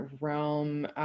realm